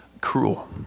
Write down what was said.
cruel